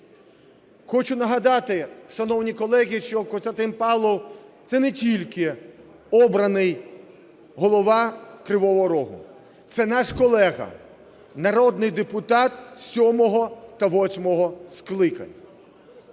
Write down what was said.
Хочу нагадати, шановні колеги, що Костянтин Павлов – це не тільки обраний голова Кривого Рогу, це наш колега народний депутат сьомого та восьмого скликань.